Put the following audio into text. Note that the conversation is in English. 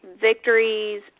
victories